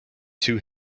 two